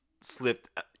slipped